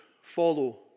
follow